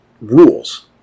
rules